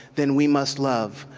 then we must love.